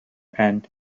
and